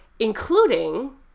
including